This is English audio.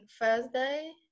Thursday